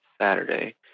Saturday